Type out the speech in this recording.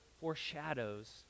foreshadows